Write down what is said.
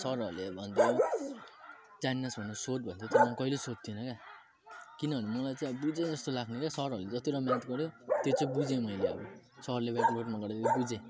सरहरूले भन्थ्यो जानिनस् भने सोध् भन्थ्यो तर म कहिल्यै सोध्ने थिइनँ क्या किनभने मलाई चाहिँ अब बुझेजस्तो लाग्ने क्या सरहरूले जतिवटा म्याथ गऱ्यो त्यो चाहिँ बुझेँ मैले अब सरले ब्ल्याकबोर्डमा गरेको बुझेँ